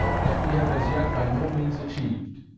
that we have as yet by no means achieved,